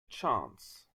chance